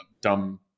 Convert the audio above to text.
dumb